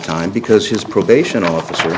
time because his probation officer